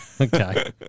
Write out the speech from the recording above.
Okay